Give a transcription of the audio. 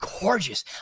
gorgeous